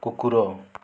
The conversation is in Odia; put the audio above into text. କୁକୁର